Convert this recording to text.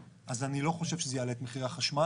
אז אני לא חושב שזה יעלה את מחירי החשמל,